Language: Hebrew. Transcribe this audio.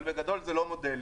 אבל בגדול זה לא מודל.